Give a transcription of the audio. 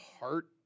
heart